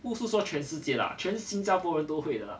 不是说全世界啦全新加坡人都会的啦